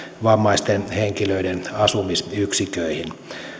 vammaisten henkilöiden asumisyksiköihin